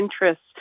interest